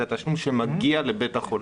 אלא תשלום שמגיע לבית-החולים.